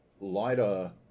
lighter